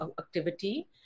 activity